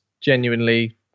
genuinely